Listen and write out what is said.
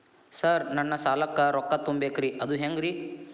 Sir ನನ್ನ ಸಾಲಕ್ಕ ರೊಕ್ಕ ತುಂಬೇಕ್ರಿ ಅದು ಹೆಂಗ್ರಿ?